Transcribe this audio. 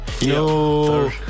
Yo